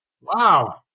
Wow